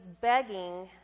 begging